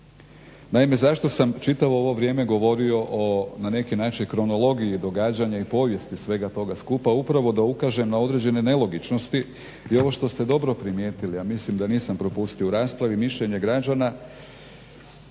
Naime, zašto sam čitavo ovo vrijeme govorio o, na neki našoj kronologiji događanja i povijesti svega toga skupa upravo da ukažem na određene nelogičnosti. I ovo što ste dobro primijetili a mislim da nisam propustio u raspravi mišljenje građana